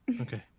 Okay